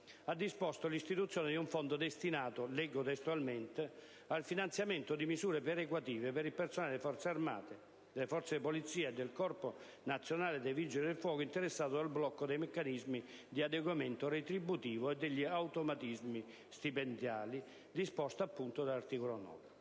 ha disposto l'istituzione di un fondo destinato - leggo testualmente - «al finanziamento di misure perequative per il personale delle Forze armate, delle Forze di polizia e del Corpo nazionale dei Vigili del fuoco» interessato dal blocco dei meccanismi di adeguamento retributivo e degli automatismi stipendiali, disposto dall'articolo 9.